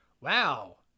Wow